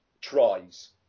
tries